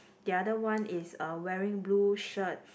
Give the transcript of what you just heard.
the other one is uh wearing blue shirt